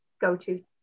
go-to